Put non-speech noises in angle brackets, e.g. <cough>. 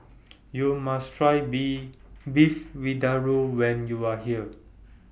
<noise> YOU must Try Bee Beef Vindaloo when YOU Are here <noise>